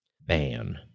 ban